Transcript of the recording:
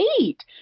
eight